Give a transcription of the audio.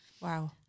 Wow